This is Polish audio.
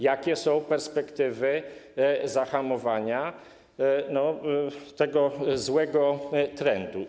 Jakie są perspektywy zahamowania tego złego trendu?